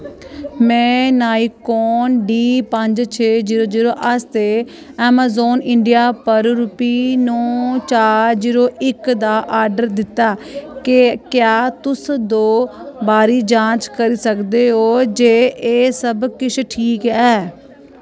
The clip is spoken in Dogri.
में नाइकोन डी पंज छे जीरो जीरो आस्तै अमेजान इंडिया पर रूपी नौ चार जीरो इक दा आर्डर दित्ता क्या तुस दो बारी जांच करी सकदे ओ जे एह् सब किश ठीक ऐ